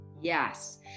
Yes